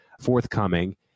forthcoming